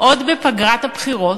עוד בפגרת הבחירות?